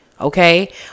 Okay